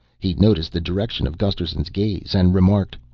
he noticed the direction of gusterson's gaze and remarked,